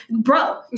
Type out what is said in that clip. bro